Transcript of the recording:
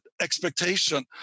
expectation